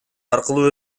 аркылуу